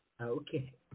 Okay